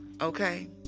okay